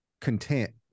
content